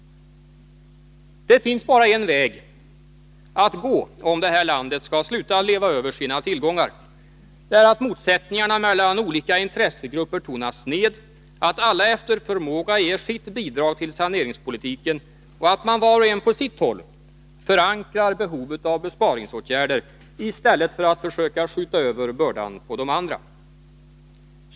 Det finns bara en väg att gå om det här landet skall sluta leva över sina tillgångar. Det är att motsättningarna mellan olika intressegrupper tonas ned, att alla efter förmåga ger sitt bidrag till saneringspolitiken och att var och en på sitt håll förankrar behovet av besparingsåtgärder, i stället för att försöka skjuta över bördan på de andra.